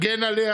הגן עליה